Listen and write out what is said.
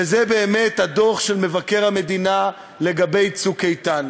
וזה באמת הדוח של מבקר המדינה לגבי "צוק איתן"